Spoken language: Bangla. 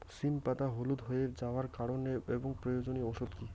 সিম পাতা হলুদ হয়ে যাওয়ার কারণ এবং প্রয়োজনীয় ওষুধ কি?